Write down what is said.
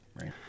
right